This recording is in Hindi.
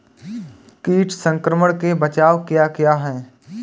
कीट संक्रमण के बचाव क्या क्या हैं?